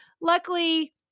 Luckily